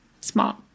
smart